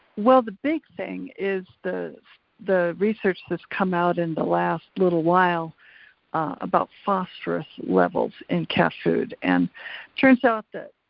well, the big thing is the is the research that's come out in the last little while about phosphorus levels in cat food, and turns out that